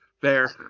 Fair